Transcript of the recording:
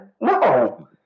No